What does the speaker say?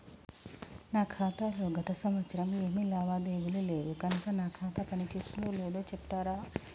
నా ఖాతా లో గత సంవత్సరం ఏమి లావాదేవీలు లేవు కనుక నా ఖాతా పని చేస్తుందో లేదో చెప్తరా?